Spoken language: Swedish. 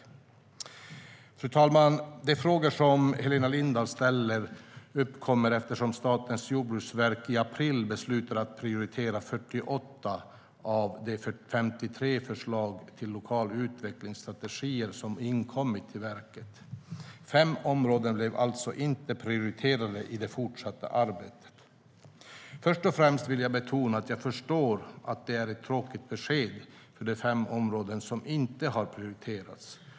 De frågor som Helena Lindahl ställer uppkommer eftersom Statens jordbruksverk i april beslutade att prioritera 48 av de 53 förslag till lokala utvecklingsstrategier som inkommit till verket. Fem områden blev alltså inte prioriterade i det fortsatta arbetet. Först och främst vill jag betona att jag förstår att det är ett tråkigt besked för de fem områden som inte har prioriterats.